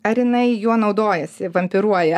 ar jinai juo naudojasi vampiruoja